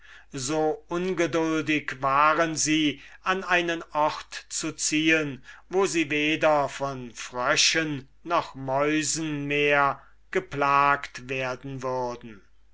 so ungeduldig waren sie an einen ort zu ziehen wo sie weder von fröschen noch mäusen mehr geplagt werden würden